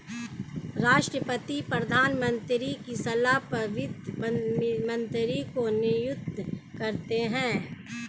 राष्ट्रपति प्रधानमंत्री की सलाह पर वित्त मंत्री को नियुक्त करते है